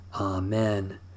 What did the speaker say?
Amen